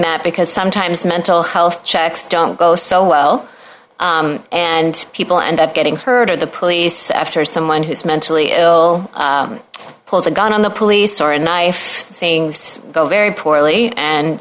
that because sometimes mental health checks don't go so well and people end up getting hurt or the police after someone who's mentally ill pulls a gun on the police or a knife things go very poorly and